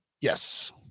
Yes